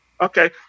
Okay